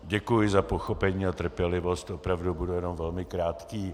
Děkuji za pochopení a trpělivost, opravdu budu jenom velmi krátký.